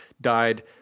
died